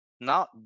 now